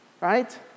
right